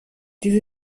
diese